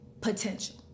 potential